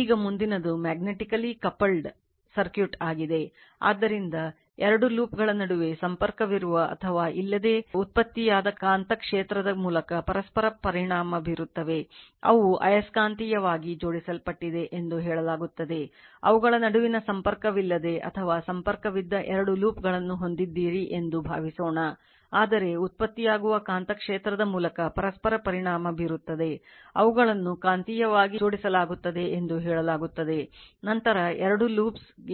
ಈಗ ಮುಂದಿನದು magnetically